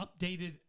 updated